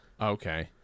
Okay